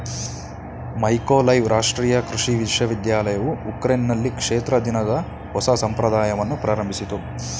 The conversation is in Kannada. ಮೈಕೋಲೈವ್ ರಾಷ್ಟ್ರೀಯ ಕೃಷಿ ವಿಶ್ವವಿದ್ಯಾಲಯವು ಉಕ್ರೇನ್ನಲ್ಲಿ ಕ್ಷೇತ್ರ ದಿನದ ಹೊಸ ಸಂಪ್ರದಾಯವನ್ನು ಪ್ರಾರಂಭಿಸಿತು